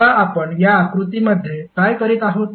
आता आपण या आकृतीमध्ये काय करीत आहोत